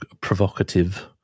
provocative